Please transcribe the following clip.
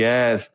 Yes